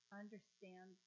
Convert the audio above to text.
understand